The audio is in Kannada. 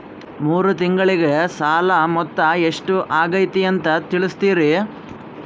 ಮೂರು ತಿಂಗಳಗೆ ಸಾಲ ಮೊತ್ತ ಎಷ್ಟು ಆಗೈತಿ ಅಂತ ತಿಳಸತಿರಿ?